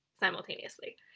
simultaneously